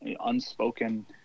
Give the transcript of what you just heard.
unspoken